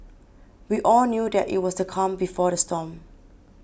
we all knew that it was the calm before the storm